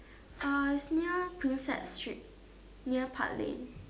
uh it's near Prinsep street near park lane